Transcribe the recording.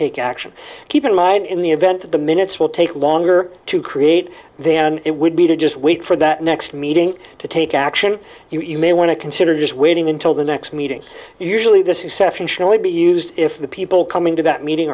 take action keep in mind in the event that the minutes will take longer to create than it would be to just wait for that next meeting to take action you may want to consider just waiting until the next meeting usually this exception should only be used if the people coming to that meeting